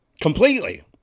completely